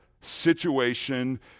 situation